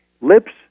Lips